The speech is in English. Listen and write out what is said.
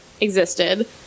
existed